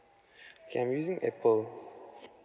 I'm using apple